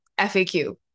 FAQ